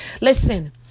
Listen